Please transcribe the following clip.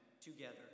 together